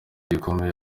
gikomeye